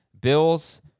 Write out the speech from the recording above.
Bills